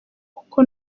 kuko